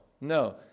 no